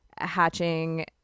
hatching